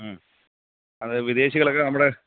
മ് അതെ വിദേശികളൊക്കെ നമ്മളെ